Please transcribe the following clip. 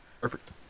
Perfect